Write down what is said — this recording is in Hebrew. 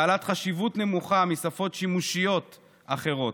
בעלת חשיבות נמוכה משפות שימושיות אחרות.